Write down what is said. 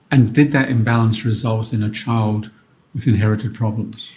and did that imbalance result in a child with inherited problems?